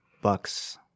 Buck's